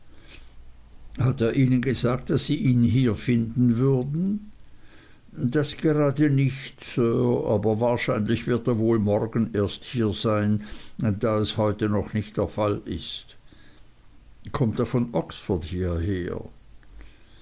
hat er ihnen gesagt daß sie ihn hier finden würden das gerade nicht sir aber wahrscheinlich wird er wohl morgen erst hier sein da es heute noch nicht der fall ist kommt er